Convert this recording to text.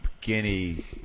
guinea